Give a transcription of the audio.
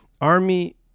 Army